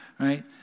Right